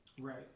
right